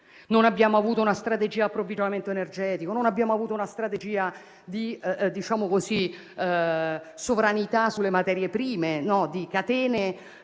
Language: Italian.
Non abbiamo avuto una strategia sull'approvvigionamento energetico, non abbiamo avuto una strategia di sovranità sulle materie prime, di catene